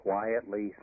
quietly